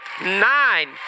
nine